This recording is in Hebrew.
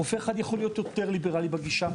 רופא אחד יכול להיות יותר ליברלי בגישה.